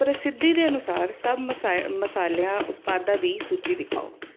ਪ੍ਰਸਿੱਧੀ ਦੇ ਅਨੁਸਾਰ ਸਭ ਮਸਾਏ ਮਸਾਲਿਆਂ ਉਤਪਾਦਾਂ ਦੀ ਸੂਚੀ ਦਿਖਾਓ